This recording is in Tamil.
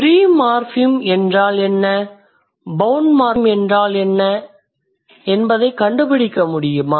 ஃப்ரீ மார்ஃபிம் என்றால் என்ன பௌண்ட் மார்ஃபிம் என்றால் என்ன என்பதைக் கண்டுபிடிக்க முடியுமா